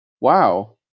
wow